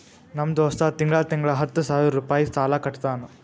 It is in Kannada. ನಮ್ ದೋಸ್ತ ತಿಂಗಳಾ ತಿಂಗಳಾ ಹತ್ತ ಸಾವಿರ್ ರುಪಾಯಿ ಸಾಲಾ ಕಟ್ಟತಾನ್